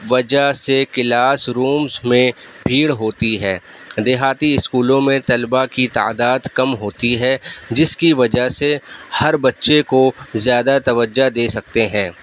وجہ سے class rooms میں بھیڑ ہوتی ہے دیہاتی اسکولوں میں طلباء کی تعداد کم ہوتی ہے جس کی وجہ سے ہر بچے کو زیادہ توجہ دے سکتے ہیں